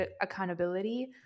accountability